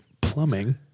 plumbing